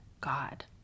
God